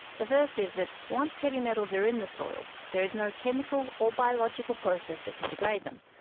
the first is that once heavy metals are in the soil, there is no chemical or biological process that can degrade them.